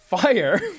fire